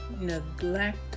neglect